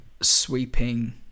sweeping